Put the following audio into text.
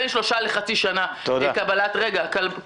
בין שלושה חודשים לחצי שנה לקבלת הערבות.